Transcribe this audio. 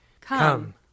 Come